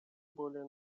более